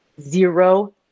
zero